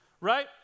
right